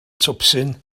twpsyn